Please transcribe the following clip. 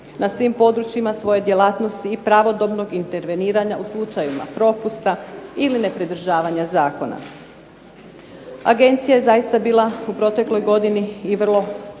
na svim područjima svoje djelatnosti i pravodobnog interveniranja u slučajevima propusta ili nepridržavanja zakona. Agencija je zaista bila u protekloj godini i vrlo aktivna